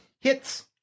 Hits